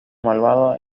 malvado